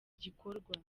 gikorwa